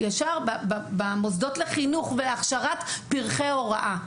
במוסדות לחינוך והכשרת פרחי הוראה.